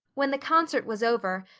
when the concert was over,